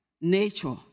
nature